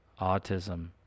Autism